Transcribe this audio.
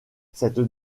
cette